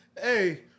Hey